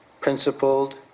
principled